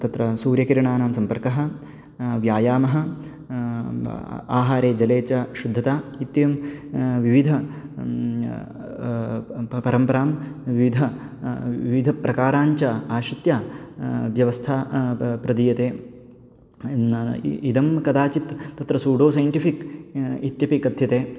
तत्र सूर्यकिरणानां सम्पर्कः व्यायामः आहारे जले च शुद्धता इत्येवं विविधां परम्परां विविधानां विविधप्रकाराणाञ्च आश्रित्य व्यवस्था प्रदीयते इदं कदाचित् तत्र सूडो सैन्टिफ़िक् इत्यपि कथ्यते